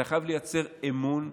אתה חייב לייצר אמון,